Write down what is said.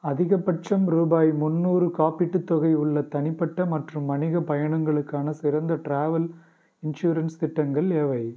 அதிகபட்சம் ரூபாய் முன்னூறு காப்பீட்டுத் தொகை உள்ள தனிப்பட்ட மற்றும் வணிகப் பயணங்களுக்கான சிறந்த ட்ராவல் இன்சூரன்ஸ் திட்டங்கள் எவை